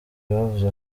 bavuze